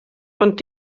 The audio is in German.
und